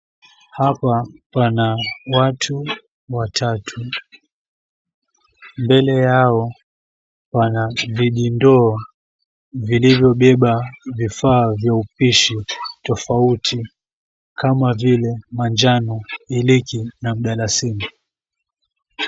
Hapa pana watu watatu. Mbele yao wana vijindoo vilivyobeba vifaa vya upishi tofauti kama vile manjano, iliki na mdalasini.